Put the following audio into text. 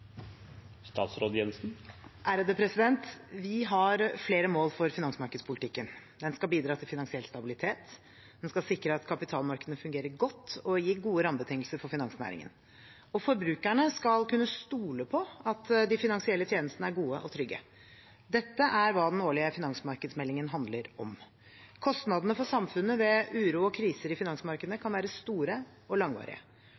Vi har flere mål for finansmarkedspolitikken: Den skal bidra til finansiell stabilitet, den skal sikre at kapitalmarkedene fungerer godt og gi gode rammebetingelser for finansnæringen, og forbrukerne skal kunne stole på at de finansielle tjenestene er gode og trygge. Dette er hva den årlige finansmarkedsmeldingen handler om. Kostnadene for samfunnet ved uro og kriser i